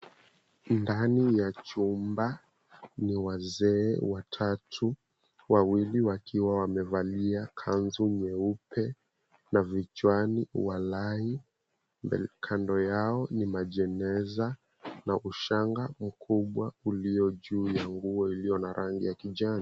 Ndani ya jumba, ni wazee watatu. Wawili wakiwa wamevalia kanzu nyeupe na vichwani walai. Kando yao, ni majeneza na ushanga mkubwa ulio juu ya nguo iliyo na rangi ya kijani.